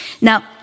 Now